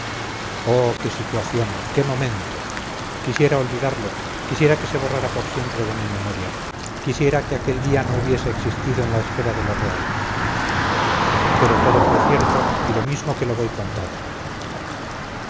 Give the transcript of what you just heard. qué situación qué momento quisiera olvidarlo quisiera que se borrara por siempre de mi memoria quisiera que aquel día no hubiese existido en la esfera de lo real pero todo fue cierto y lo mismo que lo voy contando